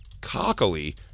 cockily